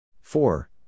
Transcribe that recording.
four